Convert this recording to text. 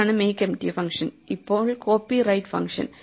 ഇതാണ് makeempty function ഇപ്പോൾ copyright function